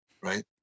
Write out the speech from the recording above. right